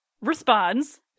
responds